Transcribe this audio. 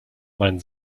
mein